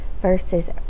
Versus